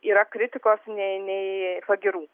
yra kritikos nei nei pagyrų